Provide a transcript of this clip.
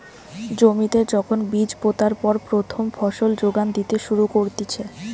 জমিতে যখন বীজ পোতার পর প্রথম ফসল যোগান দিতে শুরু করতিছে